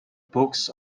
books